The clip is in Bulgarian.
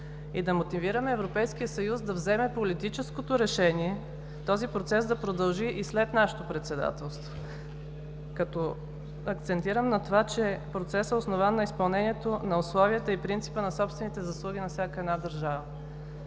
и да мотивираме Европейския съюз да вземе политическото решение този процес да продължи и след нашето председателство, като акцентирам на това, че процесът е основан на изпълнението на условията и принципа на собствените заслуги на всяка една държава.